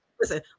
Listen